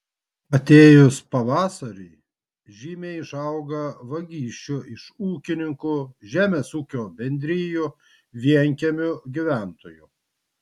atėjus pavasariui žymiai išauga vagysčių iš ūkininkų žemės ūkio bendrijų vienkiemių gyventojų